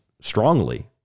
strongly